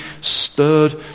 stirred